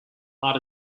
heart